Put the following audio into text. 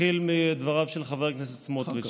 נתחיל מדבריו של חבר הכנסת סמוטריץ'.